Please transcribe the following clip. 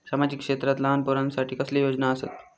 सामाजिक क्षेत्रांत लहान पोरानसाठी कसले योजना आसत?